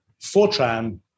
Fortran